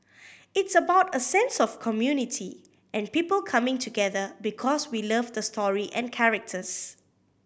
it's about a sense of community and people coming together because we love the story and characters